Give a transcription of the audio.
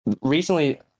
recently